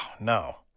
no